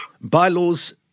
Bylaws